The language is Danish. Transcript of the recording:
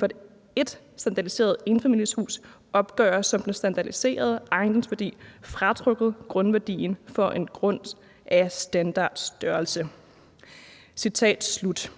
for et standardiseret enfamilieshus opgøres som den standardiserede ejendomsværdi fratrukket grundværdien for en grund af standardstørrelse.« Det